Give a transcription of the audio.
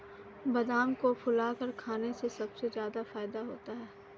बादाम को फुलाकर खाने से सबसे ज्यादा फ़ायदा होता है